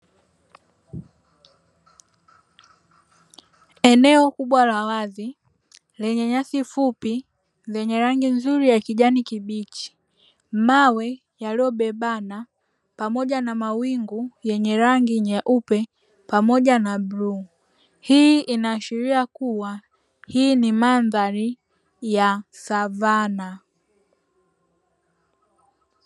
Eneo kubwa la wazi lenye nyasi fupi zenye rangi nzuri ya kijani kibichi, mawe yaliyobebana pamoja na mawingu yenye rangi nyeupe pamoja na bluu; hii inaashiria kuwa hii ni mandhari ya savanna.